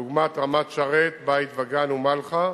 לדוגמה, רמת-שרת, בית-וגן ומלחה,